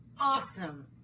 awesome